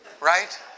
right